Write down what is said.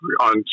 on